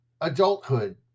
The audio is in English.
Adulthood